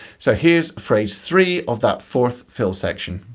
so here's phrase three of that fourth fill section.